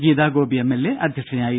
Geetha Gopi M L A അധ്യക്ഷയായിരുന്നു